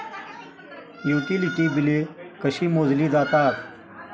Utility बिले कशी मोजली जातात?